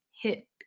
hit